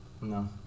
No